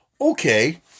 Okay